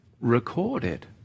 recorded